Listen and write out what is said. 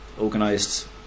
organised